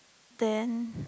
then